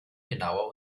genauer